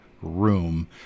room